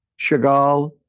chagall